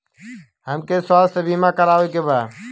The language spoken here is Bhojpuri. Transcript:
हमके स्वास्थ्य बीमा करावे के बा?